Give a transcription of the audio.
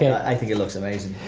i think it looks amazing!